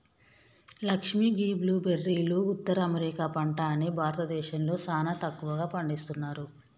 లక్ష్మీ గీ బ్లూ బెర్రీలు ఉత్తర అమెరికా పంట అని భారతదేశంలో సానా తక్కువగా పండిస్తున్నారు